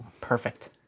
Perfect